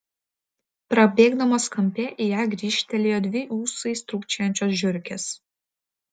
prabėgdamos kampe į ją grįžtelėjo dvi ūsais trūkčiojančios žiurkės